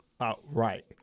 outright